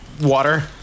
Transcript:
water